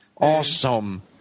Awesome